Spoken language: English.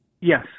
Yes